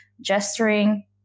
gesturing